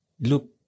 Look